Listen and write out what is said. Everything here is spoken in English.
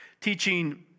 teaching